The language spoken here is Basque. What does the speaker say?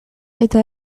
eta